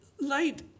Light